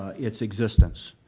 its existence.